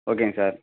ஓகேங்க சார்